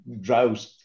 drought